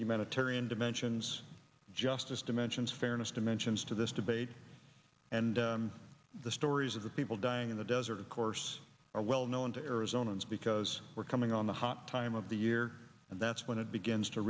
humanitarian dimensions justice dimensions fairness dimensions to this debate and the stories of the people dying in the desert of course are well known to arizona is because we're coming on the hot time of the year and that's when it begins to